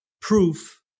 proof